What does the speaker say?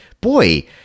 boy